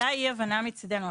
הייתה אי הבנה מצדנו.